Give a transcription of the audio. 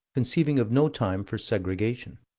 conceiving of no time for segregation?